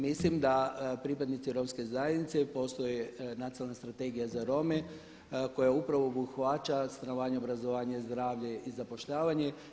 Mislim da pripadnici Romske zajednice, postoji Nacionalna strategija za Rome koja upravo obuhvaća stanovanje, obrazovanje, zdravlje i zapošljavanje.